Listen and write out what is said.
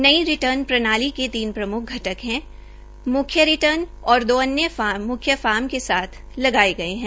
नई रिर्टन प्रणाली के तीन प्रमुख घटक है मुख्य तरह रिर्टन और दो अन्य फार्म म्ख्य फार्म के साथ लगाये गये है